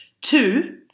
Two